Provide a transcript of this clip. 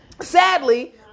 sadly